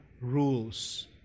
rules